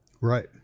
Right